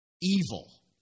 Evil